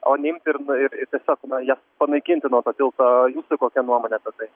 o ne imti ir n ir tiesiog na jas panaikinti nuo to tilto jūsų kokia nuomonė apie tai